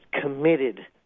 committed